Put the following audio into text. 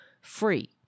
free